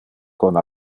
con